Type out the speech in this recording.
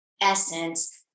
essence